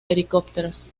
helicópteros